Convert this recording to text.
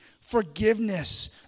forgiveness